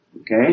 okay